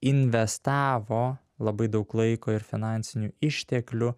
investavo labai daug laiko ir finansinių išteklių